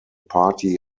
party